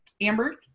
Amber